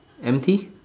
M T